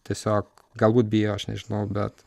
tiesiog galbūt bijo aš nežinau bet